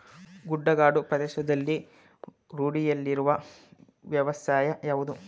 ಗುಡ್ಡಗಾಡು ಪ್ರದೇಶಗಳಲ್ಲಿ ರೂಢಿಯಲ್ಲಿರುವ ವ್ಯವಸಾಯ ಯಾವುದು?